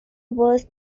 was